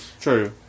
True